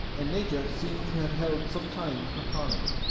and nature seem to have held sometime her carnival.